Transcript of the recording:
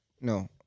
No